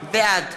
בעד